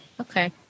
Okay